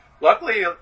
luckily